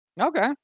Okay